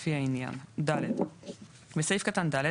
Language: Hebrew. לפי העניין"; (ד)בסעיף קטן (ד),